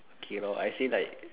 okay lor I say like